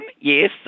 yes